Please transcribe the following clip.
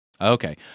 Okay